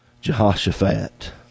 Jehoshaphat